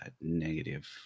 negative